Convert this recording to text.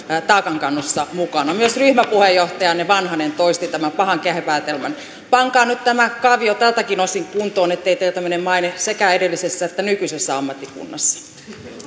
taakankannossa mukana myös ryhmäpuheenjohtajanne vanhanen toisti tämän pahan kehäpäätelmän pankaa nyt tämä kaavio tältäkin osin kuntoon ettei teiltä mene maine sekä edellisessä että nykyisessä ammattikunnassa